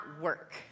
work